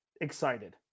excited